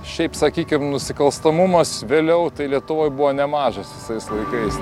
šiaip sakykim nusikalstamumas vėliau tai lietuvoj buvo nemažas visais laikais